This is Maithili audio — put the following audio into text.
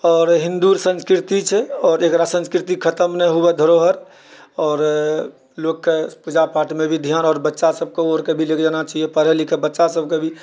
आओर हिन्दू संस्कृति छै आओर एकरा संस्कृति खतम नहि हुवै धरोहर आओर लोकके पूजा पाठमे भी ध्यान आओर बच्चा सबके अओरके भी लेके जाना चाहिये पढ़ै लिखै बच्चा सबके भी